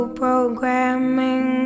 programming